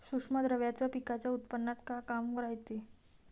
सूक्ष्म द्रव्याचं पिकाच्या उत्पन्नात का काम रायते?